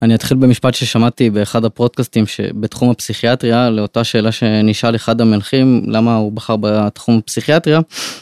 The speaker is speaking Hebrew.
אני אתחיל במשפט ששמעתי באחד הפודקאסטים שבתחום הפסיכיאטריה לאותה שאלה שנשאל אחד המנחים למה הוא בחר בתחום הפסיכיאטריה.